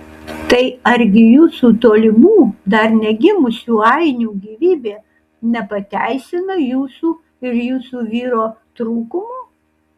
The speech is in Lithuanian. tai argi jūsų tolimų dar negimusių ainių gyvybė nepateisina jūsų ir jūsų vyro trūkumų